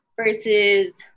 versus